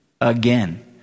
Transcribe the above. again